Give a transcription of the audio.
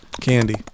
candy